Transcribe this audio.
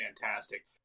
fantastic